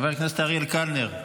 חבר הכנסת אריאל קלנר,